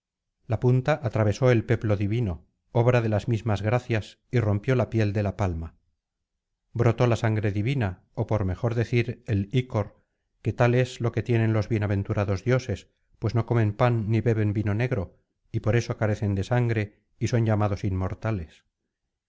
la punta atravesó el peplo divino obra de las mismas gracias y rompió la piel de la palma brotó la sangre divina ó por mejor decir el icor que tal es lo que tienen los bienaventurados dioses pues no comen pan ni beben vino negro y por esto carecen de sangre y son llamados inmortales